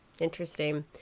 Interesting